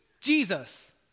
Jesus